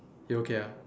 you okay ah